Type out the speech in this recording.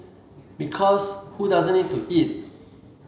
because who doesn't need to eat